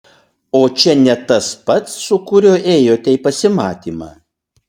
o čia ne tas pats su kuriuo ėjote į pasimatymą